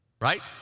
right